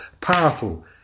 powerful